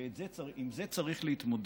ועם זה צריך להתמודד.